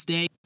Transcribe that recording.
Day